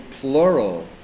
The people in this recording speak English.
plural